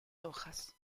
hojas